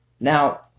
now